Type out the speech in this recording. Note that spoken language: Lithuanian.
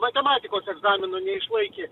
matematikos egzamino neišlaikė